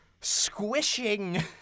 squishing